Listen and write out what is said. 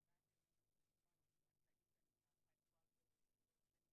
אני מהקליניקה לזכויות בעבודה במרכז